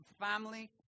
family